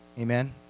amen